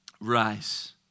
rise